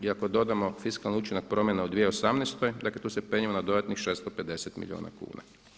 I ako dodamo fiskalni učinak promjena u 2018. dakle tu se penjemo na dodatnih 650 milijuna kuna.